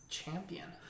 champion